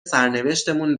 سرنوشتمون